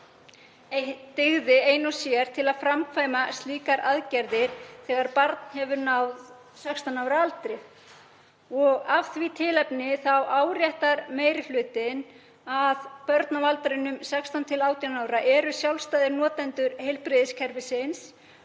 dygði til að framkvæma slíkar aðgerðir þegar barn hefur náð 16 ára aldri. Af því tilefni áréttar meiri hlutinn að börn á aldrinum 16–18 ára eru sjálfstæðir notendur heilbrigðiskerfisins